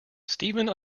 stephen